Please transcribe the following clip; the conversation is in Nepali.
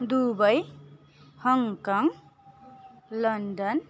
Dubai Hong Kong London